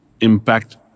impact